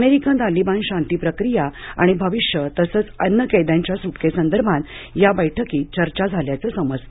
America Taliban शांती प्रक्रिया आणि भविष्य तसेच अन्य कैद्यांच्या सुटकेसंदर्भात या बैठकीत चर्चा झाल्याचे समजते